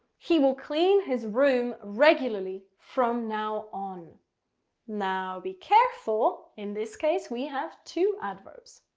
he will clean his room regularly from now on now be careful. in this case, we have two adverbs.